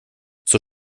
zur